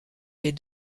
les